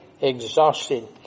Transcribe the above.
exhausted